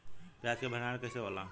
प्याज के भंडारन कइसे होला?